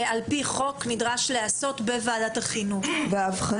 נדרש להיעשות בוועדת החינוך על פי חוק.